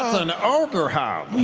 ah an ogre hug.